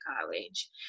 college